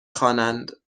خوانند